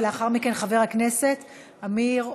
לאחר מכן, חבר הכנסת אמיר אוחנה,